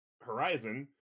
Horizon